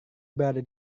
berada